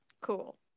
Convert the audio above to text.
cool